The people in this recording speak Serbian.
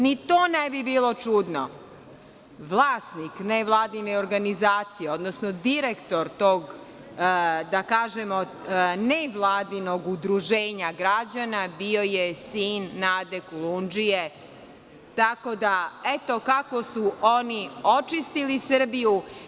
Ni to ne bi bilo čudno, vlasnik nevladine organizacije, odnosno direktor tog, da kažemo, nevladinog udruženja građana bio je sin Nade Kolundžije, tako da eto kako su oni očistili Srbiju.